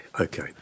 Okay